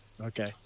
Okay